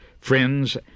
friends